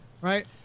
right